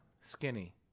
Skinny